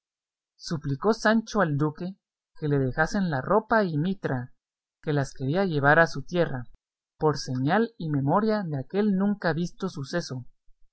suplicó sancho al duque que le dejasen la ropa y mitra que las quería llevar a su tierra por señal y memoria de aquel nunca visto suceso